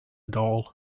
doll